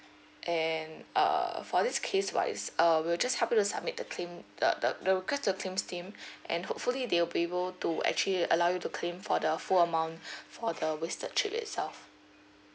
and uh for this case wise uh we'll just help you to submit the claim the the the request to the claims team and hopefully they'll be able to actually allow you to claim for the full amount for the wasted trip itself